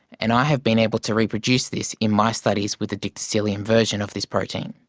and i have been able to reproduce this in my studies with a dictyostelium version of this protein.